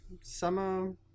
summer